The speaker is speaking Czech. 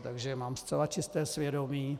Takže mám zcela čisté svědomí.